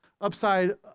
upside